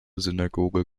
synagoge